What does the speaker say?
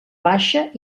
baixa